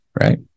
right